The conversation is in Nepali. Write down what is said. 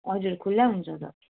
हजुर खुल्लै हुन्छ त